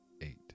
eight